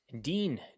Dean